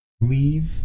leave